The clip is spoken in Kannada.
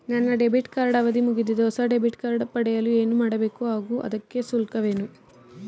ನನ್ನ ಡೆಬಿಟ್ ಕಾರ್ಡ್ ಅವಧಿ ಮುಗಿದಿದೆ ಹೊಸ ಡೆಬಿಟ್ ಕಾರ್ಡ್ ಪಡೆಯಲು ಏನು ಮಾಡಬೇಕು ಹಾಗೂ ಇದಕ್ಕೆ ಶುಲ್ಕವೇನು?